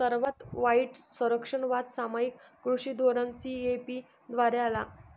सर्वात वाईट संरक्षणवाद सामायिक कृषी धोरण सी.ए.पी द्वारे आला